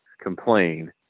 complain